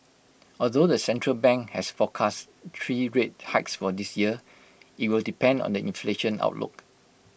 although the central bank has forecast three rate hikes for this year IT will depend on the inflation outlook